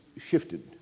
shifted